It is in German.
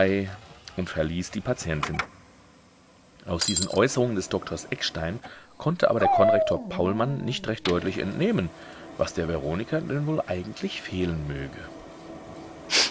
und verließ die patientin aus diesen äußerungen des doktors eckstein konnte aber der konrektor paulmann nicht recht deutlich entnehmen was der veronika denn wohl eigentlich fehlen möge